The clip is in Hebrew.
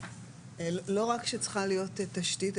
לא רק שצריכה להיות תשתית,